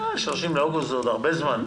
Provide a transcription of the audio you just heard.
30 באוגוסט זה עוד זמן רב.